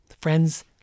Friends